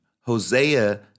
Hosea